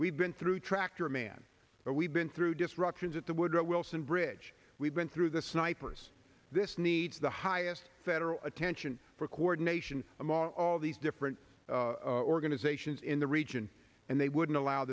we've been through tractor man but we've been through disruptions at the woodrow wilson bridge we've been through the snipers this needs the highest federal attention for coordination among all these different organizations in the region and they wouldn't allow